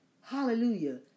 Hallelujah